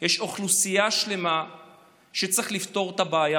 יש אוכלוסייה שלמה שצריך לפתור את הבעיה